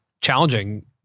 challenging